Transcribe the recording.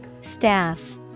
Staff